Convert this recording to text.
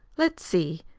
let's see,